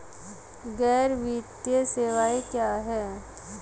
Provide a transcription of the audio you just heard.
गैर वित्तीय सेवाएं क्या हैं?